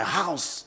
house